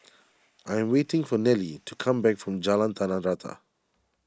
I am waiting for Nelie to come back from Jalan Tanah Rata